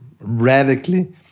radically